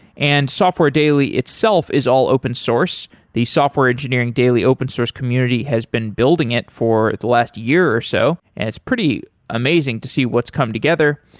and software daily itself is all open source. the software engineering daily open source community has been building it for the last year or so, and it's pretty amazing to see what's come together.